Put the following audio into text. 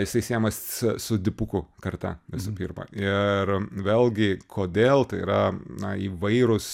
jisai siejamas su dipukų karta visų pirma ir vėlgi kodėl tai yra na įvairūs